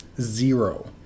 zero